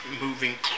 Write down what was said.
moving